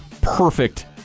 perfect